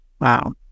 wow